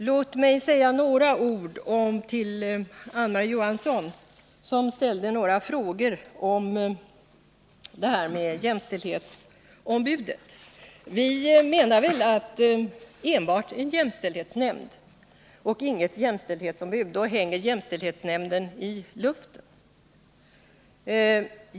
Låt mig säga några ord till Marie-Ann Johansson, som ställde några frågor om jämställdhetsombudet. Vi menar att jämställdhetsnämnden, om det inte finns något jämställdhetsombud, kommer att hänga i luften.